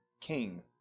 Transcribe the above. king